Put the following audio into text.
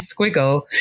squiggle